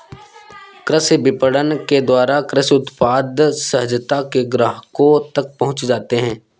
कृषि विपणन के द्वारा कृषि उत्पाद सहजता से ग्राहकों तक पहुंच जाते हैं